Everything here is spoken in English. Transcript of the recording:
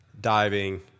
diving